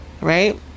right